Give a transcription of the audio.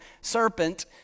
serpent